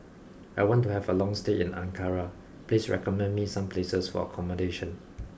I want to have a long stay in Ankara please recommend me some places for accommodation